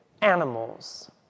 animals